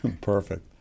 Perfect